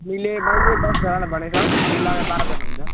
हामीले मैले दसजनालाई भनेको छ हामी लगाएर बाह्रजना हुन्छ